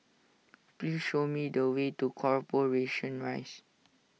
please show me the way to Corporation Rise